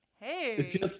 hey